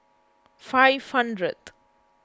five hundred